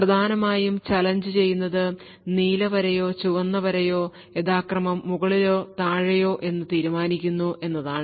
പ്രധാനമായും ചലഞ്ച് ചെയ്യുന്നത് നീല വരയോ ചുവന്ന വരയോ യഥാക്രമം മുകളിലോ താഴെയോ എന്ന് തീരുമാനിക്കുന്നു എന്നതാണ്